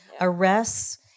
arrests